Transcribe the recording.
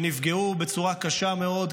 שנפגעו בצורה קשה מאוד,